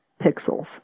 pixels